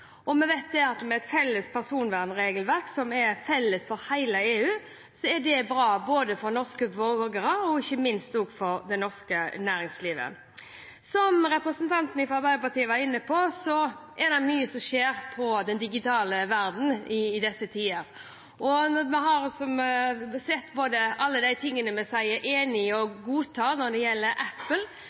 Vi vet at med et felles personvernregelverk som er felles for hele EU, er det bra både for norske borgere og ikke minst for det norske næringslivet. Som representanten fra Arbeiderpartiet var inne på, er det mye som skjer i den digitale verden i disse tider. Vi har sett at det gjelder alle de tingene vi sier oss enig i og godtar når det gjelder